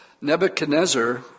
Nebuchadnezzar